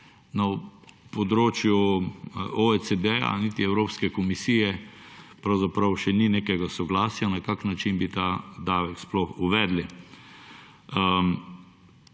Na področju OECD, niti Evropske komisije pravzaprav še ni nekega soglasja, na kak način bi ta davek sploh uvedli.